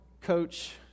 coach